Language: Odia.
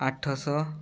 ଆଠଶହ